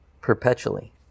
perpetually